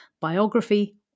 biography